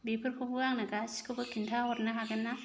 बेफोरखौबो आंनो गासैखौबो खिन्थाहरनो हागोन ना